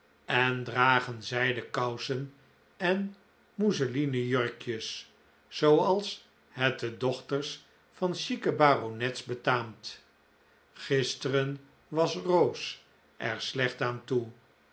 en dragen zijden kousen en mousselinen jurkjes zooals het de dochters van chique baronets betaamt gisteren was rose er slecht aan toe